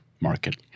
market